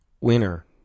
winner